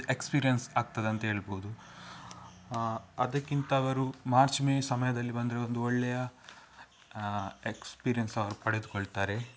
experience ಆಗ್ತದಂತ ಹೇಳ್ಬೋದು ಅದಕ್ಕಿಂತ ಅವರು ಮಾರ್ಚ್ ಮೇ ಸಮಯದಲ್ಲಿ ಬಂದರೆ ಒಂದು ಒಳ್ಳೆಯ ಎಕ್ಸ್ಪೀರಿಯೆನ್ಸ್ ಅವರು ಪಡೆದುಕೊಳ್ತಾರೆ